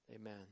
Amen